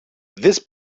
this